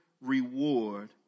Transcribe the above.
reward